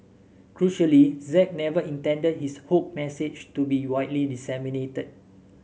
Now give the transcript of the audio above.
crucially Z never intended his hoax message to be widely disseminated